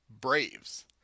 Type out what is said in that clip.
Braves